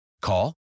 Call